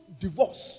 divorce